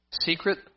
Secret